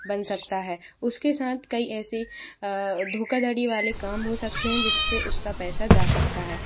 बन सकता है उस के साथ कई ऐसे धोखाधड़ी वाले काम हो सकते हैं जिससे उस का पैसा जा सकता है